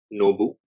Nobu